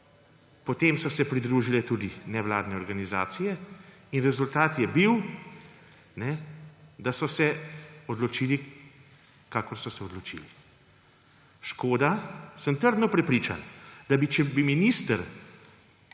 potem so se pridružile tudi nevladne organizacije in rezultat je bil, da so se odločili, kakor so se odločili. Škoda, sem trdno prepričan, da če bi minister